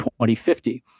2050